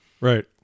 Right